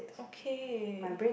okay